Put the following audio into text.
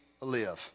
live